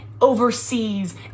overseas